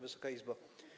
Wysoka Izbo!